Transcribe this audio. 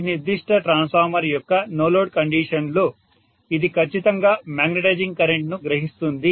ఈ నిర్దిష్ట ట్రాన్స్ఫార్మర్ యొక్క నో లోడ్ కండిషన్ లో ఇది ఖచ్చితంగా మాగ్నెటైజింగ్ కరెంట్ను గ్రహిస్తుంది